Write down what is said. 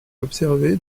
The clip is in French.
observé